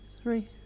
Three